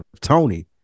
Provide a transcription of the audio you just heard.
tony